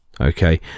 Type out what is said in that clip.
okay